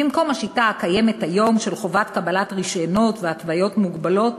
במקום השיטה הקיימת היום של חובת קבלת רישיונות והתוויות מוגבלות,